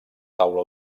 taula